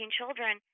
children